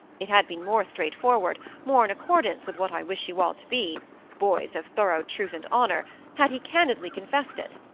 it had been more straightforward, more in accordance with what i wish you all to be boys of thorough truth and honour had he candidly confessed it.